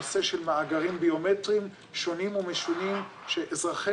נושא של מאגרים ביומטריים שונים ומשונים שאזרחי